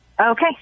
Okay